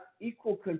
equal